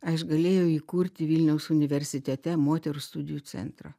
aš galėjau įkurti vilniaus universitete moterų studijų centrą